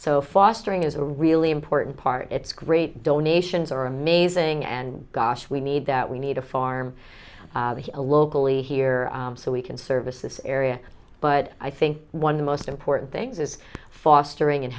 so fostering is a really important part it's great donations are amazing and gosh we need that we need to farm a locally here so we can service this area but i think one of the most important things is fostering and